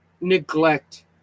neglect